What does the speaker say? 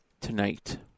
tonight